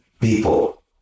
People